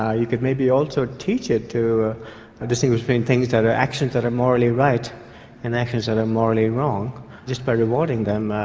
ah you could maybe also teach it to ah distinguish between things that are actions that are morally right and actions that are morally wrong just by rewarding them.